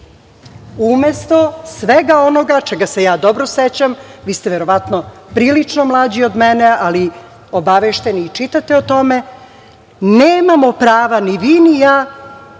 svega onoga čega se ja dobro sećam, vi ste verovatno prilično mlađi od mene ali obavešteni i čitate o tome, nemamo prava ni vi ni ja